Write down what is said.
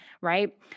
right